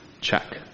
check